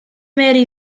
mary